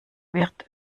wird